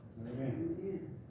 Amen